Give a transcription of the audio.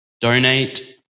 donate